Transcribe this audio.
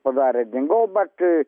padarė dingau bet